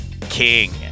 king